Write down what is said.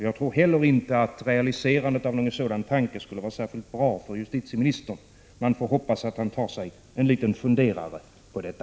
Jag tror inte heller att realiserandet av en sådan tanke skulle vara särskilt bra för justitieministern. Man får hoppas att han tar sig en liten funderare på detta.